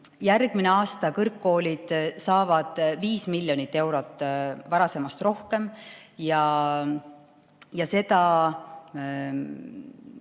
Järgmine aasta kõrgkoolid saavad 5 miljonit eurot varasemast rohkem ja me